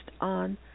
on